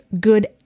good